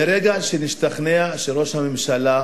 ברגע שנשתכנע שראש הממשלה